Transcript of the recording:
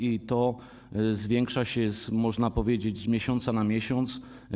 Ich ilość zwiększa się, można powiedzieć, z miesiąca na miesiąc.